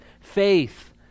faith